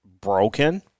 broken